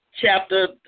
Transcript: Chapter